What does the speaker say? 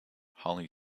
holly